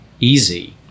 easy